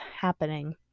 happening